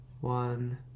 One